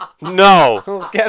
No